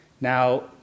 Now